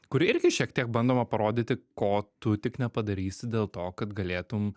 kur irgi šiek tiek bandoma parodyti ko tu tik nepadarysi dėl to kad galėtum